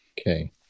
Okay